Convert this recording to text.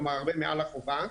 כלומר הרבה מעל החובה.